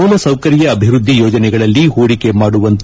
ಮೂಲಸೌಕರ್ತ ಅಭಿವೃದ್ದಿ ಯೋಜನೆಗಳಲ್ಲಿ ಹೂಡಿಕೆ ಮಾಡುವಂತೆ